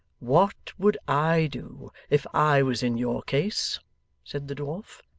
what would i do if i was in your case said the dwarf.